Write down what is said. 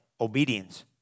obedience